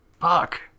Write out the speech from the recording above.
fuck